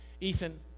Ethan